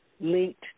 linked